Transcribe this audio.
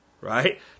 Right